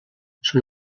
són